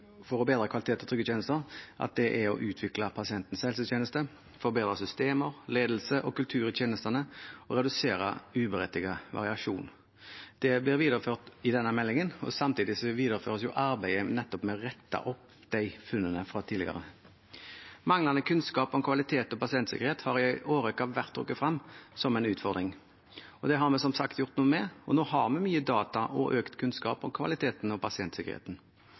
innsatsområdene for bedre kvalitet og trygge tjenester er å utvikle pasientens helsetjeneste, forbedre systemer, ledelse og kultur i tjenestene og redusere uberettiget variasjon. Det blir videreført i denne meldingen, og samtidig videreføres arbeidet med å rette opp funnene fra tidligere. Manglende kunnskap om kvalitet og pasientsikkerhet har i en årrekke vært trukket frem som en utfordring. Det har vi som sagt gjort noe med, og nå har vi mye data og økt kunnskap om kvaliteten og pasientsikkerheten.